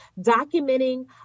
documenting